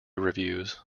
reviews